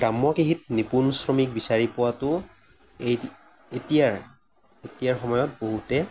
গ্ৰাম্য কৃষিত নিপুণ শ্ৰমিক বিচাৰি পোৱাতো এ এতিয়াৰ এতিয়াৰ সয়মত বহুতে